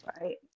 right